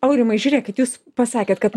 aurimai žiūrėkit jūs pasakėt kad